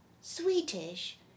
Swedish